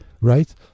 right